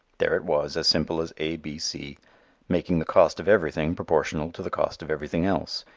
there it was as simple as a. b. c making the cost of everything proportional to the cost of everything else,